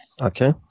Okay